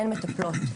אין מטפלות,